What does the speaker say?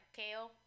kale